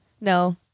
No